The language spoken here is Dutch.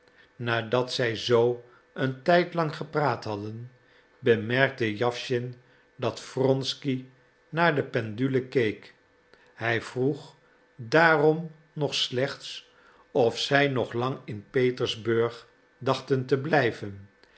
nadat zij zoo een tijdlang gepraat hadden bemerkte jawschin dat wronsky naar de pendule keek hij vroeg daarom nog slechts of zij nog lang in petersburg dachten te blijven